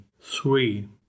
three